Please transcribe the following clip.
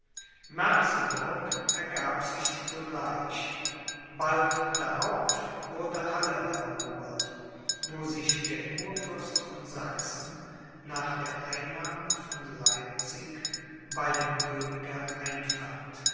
ergab sich sogleich bald darauf wurde halle erobert wo sich der kurfürst von sachsen nach der einnahme von leipzig bei dem könige einfand